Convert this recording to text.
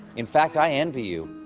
in fact, i envy you.